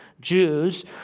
Jews